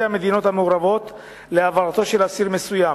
המדינות המעורבות להעברתו של אסיר מסוים.